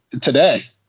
today